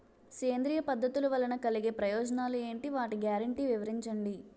సేంద్రీయ పద్ధతుల వలన కలిగే ప్రయోజనాలు ఎంటి? వాటి గ్యారంటీ వివరించండి?